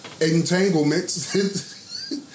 entanglements